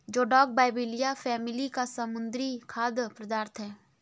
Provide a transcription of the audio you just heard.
जोडाक बाइबलिया फैमिली का समुद्री खाद्य पदार्थ है